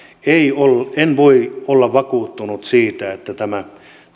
en voi olla vakuuttunut siitä että tämä